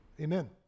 Amen